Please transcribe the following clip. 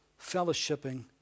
fellowshipping